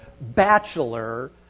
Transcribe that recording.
bachelor